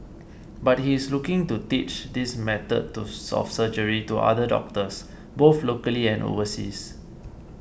but he is looking to teach this method of surgery to other doctors both locally and overseas